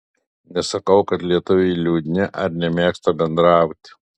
nesakau kad lietuviai liūdni ar nemėgsta bendrauti